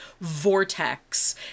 vortex